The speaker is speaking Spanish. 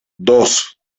dos